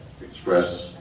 express